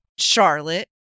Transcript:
Charlotte